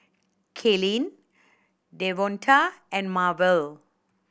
Kaylyn Devonta and Marvel